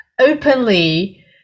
openly